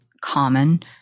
common